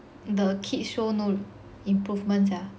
the kids show no improvements sia